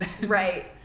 right